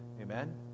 Amen